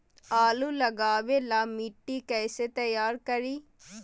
आलु लगावे ला मिट्टी कैसे तैयार करी?